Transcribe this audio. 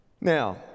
now